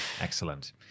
excellent